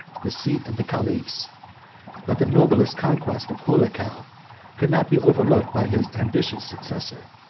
the seat of the caliphs but the noblest conquest of holacou could not be overlooked by his ambitious successor.